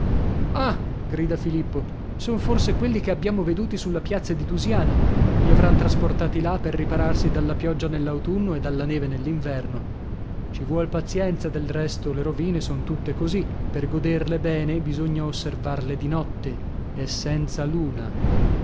ah grida filippo son forse quelli che abbiamo veduti sulla piazza di dusiana li avran trasportati là per ripararsi dalla pioggia nell'autunno e dalla neve nell'inverno ci vuol pazienza del resto le rovine son tutte così per goderle bene bisogna osservarle di notte e senza luna